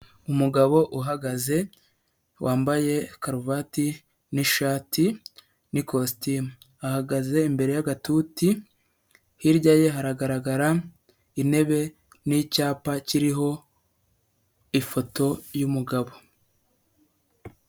Umugabo uhagaze wambaye karuvati n'ishati n'ikositimu. Ahagaze imbere y'agatuti hirya ye haragaragara intebe n'icyapa kiriho ifoto y'umugabo.